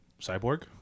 cyborg